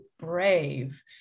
brave